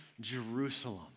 Jerusalem